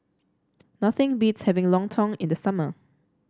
nothing beats having lontong in the summer